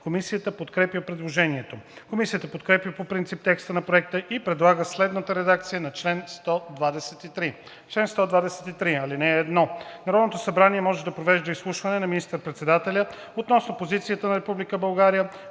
Комисията подкрепя предложението. Комисията подкрепя по принцип текста на Проекта и предлага следната редакция на чл. 123: „Чл. 123. (1) Народното събрание може да провежда изслушване на министър-председателя относно позицията на Република България